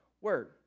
word